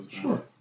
Sure